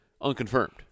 unconfirmed